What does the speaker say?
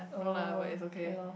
oh okay lor